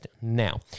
Now